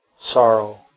sorrow